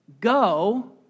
go